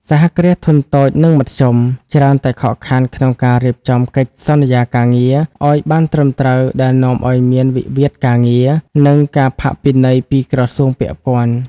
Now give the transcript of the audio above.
សហគ្រាសធុនតូច និងមធ្យម ច្រើនតែខកខានក្នុងការរៀបចំកិច្ចសន្យាការងារឱ្យបានត្រឹមត្រូវ ដែលនាំឱ្យមានវិវាទការងារ និងការផាកពិន័យពីក្រសួងពាក់ព័ន្ធ។